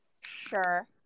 Sure